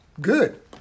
Good